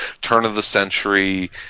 turn-of-the-century